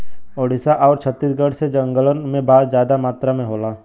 ओडिसा आउर छत्तीसगढ़ के जंगलन में बांस जादा मात्रा में होला